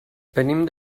venim